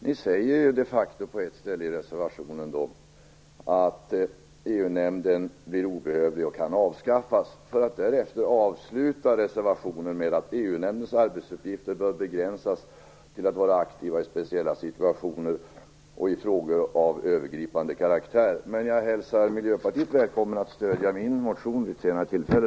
Ni säger de facto på ett ställe i reservationen att EU-nämnden blir obehövlig och kan avskaffas, för att därefter avsluta reservationen med att EU-nämndens arbetsuppgifter bör begränsas till att vara aktiva i speciella situationer och i frågor av övergripande karaktär. Men jag hälsar Miljöpartiet välkommet att stödja min motion vid ett senare tillfälle.